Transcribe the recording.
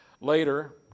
Later